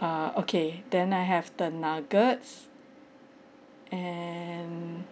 ah okay then I have the nuggets and